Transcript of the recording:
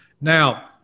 Now